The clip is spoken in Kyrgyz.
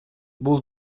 бул